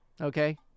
Okay